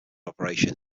operation